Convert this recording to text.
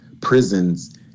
prisons